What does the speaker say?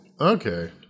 Okay